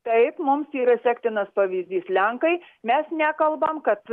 taip mums yra sektinas pavyzdys lenkai mes nekalbam kad